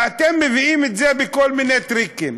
ואתם מביאים את זה בכל מיני טריקים.